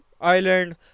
Island